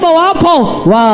wow